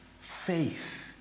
Faith